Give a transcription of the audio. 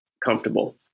comfortable